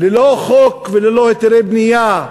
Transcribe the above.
ללא חוק וללא היתרי בנייה.